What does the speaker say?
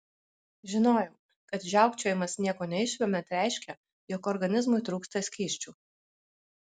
žinojau kad žiaukčiojimas nieko neišvemiant reiškia jog organizmui trūksta skysčių